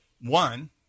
One